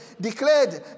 Declared